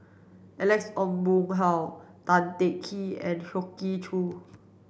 Alex Ong Boon Hau Tan Teng Kee and Hoey Choo